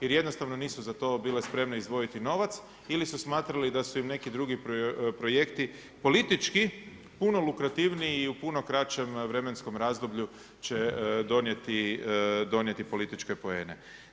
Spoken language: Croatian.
Jer jednostavno nisu za to bile spremne izdvojiti novac ili su smatrali da su im neki drugi projekti politički puno lukrativniji i u puno kraćem vremenskom razdoblju će donijeti političke poene.